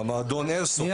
במועדון איירסופט.